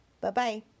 Bye-bye